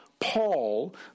Paul